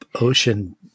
ocean